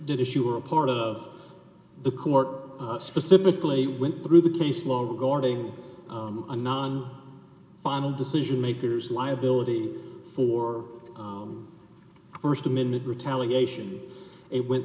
did issue were a part of the court specifically went through the case law regarding a non final decision makers liability for first amendment retaliation it went